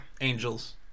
Angels